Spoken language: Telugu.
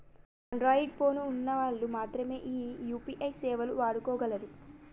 అన్ద్రాయిడ్ పోను ఉన్న వాళ్ళు మాత్రమె ఈ యూ.పీ.ఐ సేవలు వాడుకోగలరు